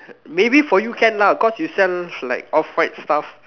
maybe for you can lah because you sell like off white stuff